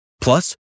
Plus